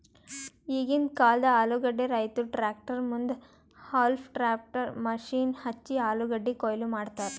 ಈಗಿಂದ್ ಕಾಲ್ದ ಆಲೂಗಡ್ಡಿ ರೈತುರ್ ಟ್ರ್ಯಾಕ್ಟರ್ ಮುಂದ್ ಹೌಲ್ಮ್ ಟಾಪರ್ ಮಷೀನ್ ಹಚ್ಚಿ ಆಲೂಗಡ್ಡಿ ಕೊಯ್ಲಿ ಮಾಡ್ತರ್